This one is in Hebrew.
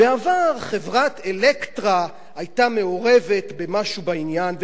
בעבר חברת "אלקטרה" היתה מעורבת במשהו בעניין.